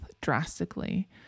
drastically